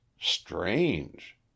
Strange